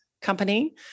company